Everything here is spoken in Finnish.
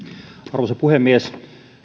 arvoisa puhemies